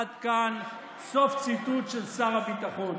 עד כאן סוף ציטוט של שר הביטחון.